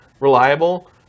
reliable